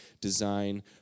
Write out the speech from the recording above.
design